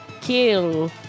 kill